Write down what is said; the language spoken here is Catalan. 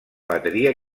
bateria